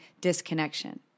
disconnection